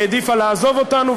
העדיפה לעזוב אותנו,